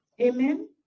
Amen